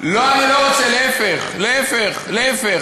אני חשבתי שאתה רוצה לעבוד בשבת.